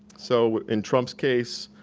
so in trump's case,